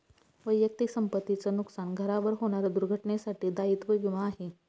वैयक्तिक संपत्ती च नुकसान, घरावर होणाऱ्या दुर्घटनेंसाठी दायित्व विमा आहे